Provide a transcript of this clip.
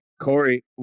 Corey